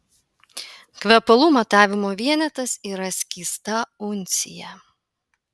kvepalų matavimo vienetas yra skysta uncija